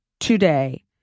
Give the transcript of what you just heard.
Today